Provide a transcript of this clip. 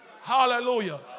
Hallelujah